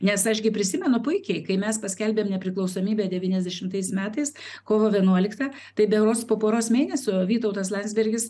nes aš gi prisimenu puikiai kai mes paskelbėm nepriklausomybę devyniasdešimtais metais kovo vienuoliktą tai berods po poros mėnesių vytautas landsbergis